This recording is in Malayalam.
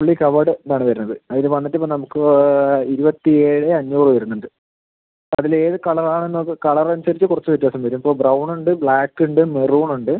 ഫുള്ളി കവേർഡ് ഇത് ആണ് വരുന്നത് അതില് വന്നിട്ട് ഇപ്പം നമുക്ക് ഇരുപത്തിയേഴ് അഞ്ഞൂറ് വരുന്നുണ്ട് അതിൽ ഏത് കളറാണ് നോക്ക് കളർ അനുസരിച്ച് കുറച്ച് വ്യത്യാസം വരും ഇപ്പം ബ്രൗൺ ഉണ്ട് ബ്ലാക്ക് ഉണ്ട് മെറൂൺ ഉണ്ട്